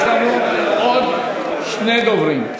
יש לנו עוד שני דוברים.